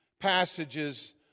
passages